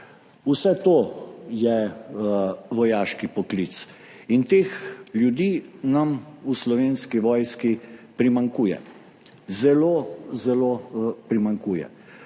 Vse to je vojaški poklic in teh ljudi nam v Slovenski vojski primanjkuje. Zelo, zelo primanjkuje.